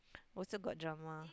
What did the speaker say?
also got drama